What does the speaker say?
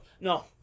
no